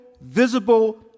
visible